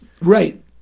Right